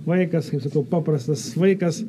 vaikas kaip sakau paprastas vaikas